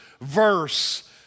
verse